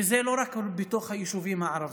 וזה לא רק בתוך היישובים הערביים.